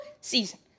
season